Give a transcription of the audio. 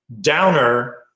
Downer